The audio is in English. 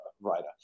writer